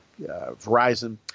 Verizon